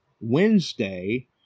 Wednesday